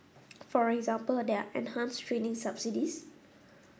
for example there are enhanced training subsidies